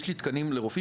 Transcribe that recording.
יש לי תקנים לרופאים,